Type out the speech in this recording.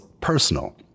personal